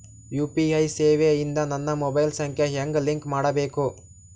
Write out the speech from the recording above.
UPI ಸೇವೆ ಇಂದ ನನ್ನ ಮೊಬೈಲ್ ಸಂಖ್ಯೆ ಹೆಂಗ್ ಲಿಂಕ್ ಮಾಡಬೇಕು?